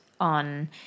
on